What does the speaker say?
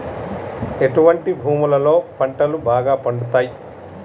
ఎటువంటి భూములలో పంటలు బాగా పండుతయ్?